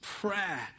prayer